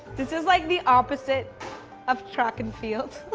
this is like the opposite of track and field. woo!